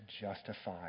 justify